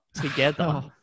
together